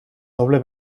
doble